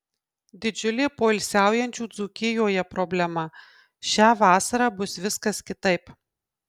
didžiulė poilsiaujančių dzūkijoje problema šią vasarą bus viskas kitaip